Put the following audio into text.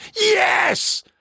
yes